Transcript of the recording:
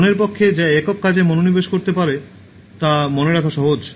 মনের পক্ষে যা একক কাজে মনোনিবেশ করতে পারে তা মনে রাখা সহজ